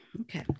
okay